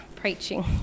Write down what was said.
Preaching